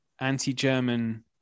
Anti-German